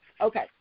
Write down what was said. Okay